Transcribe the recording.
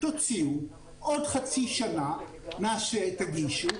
תוציאו עוד חצי שנה מה שתגישו,